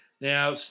Now